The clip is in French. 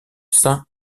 saint